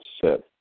set